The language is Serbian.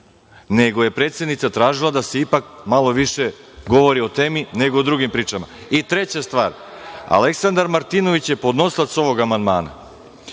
nego je predsednica tražila da se ipak malo više govori o temi nego o drugim pričama. Treća stvar – Aleksandar Martinović je podnosilac ovog amandmana.